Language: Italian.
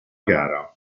gara